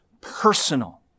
personal